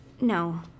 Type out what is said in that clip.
No